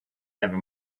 never